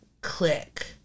click